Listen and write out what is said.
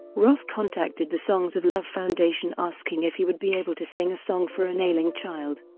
roth contacted the songs of love foundation asking if he would be able to sing a song for an ailing child.